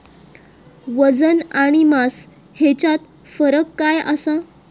वजन आणि मास हेच्यात फरक काय आसा?